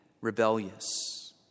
rebellious